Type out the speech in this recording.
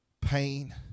pain